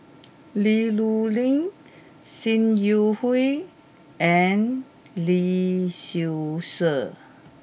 Li Rulin Sim Yi Hui and Lee Seow Ser